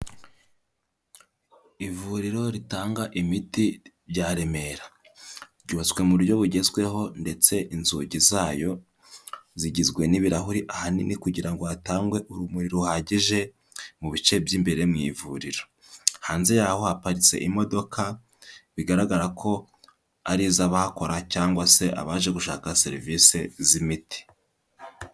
Ivuriro ritanga imiti rya Remera. Ryubatswe mu buryo bugezweho ndetse inzugi zayo zigizwe n'ibirahuri ahanini kugira ngo hatangwe urumuri ruhagije mu bice by'imbere mu ivuriro. Hanze yaho haparitse imodoka bigaragara ko ari iz'abahakora cyangwa se abaje gushaka serivisi z'imiti.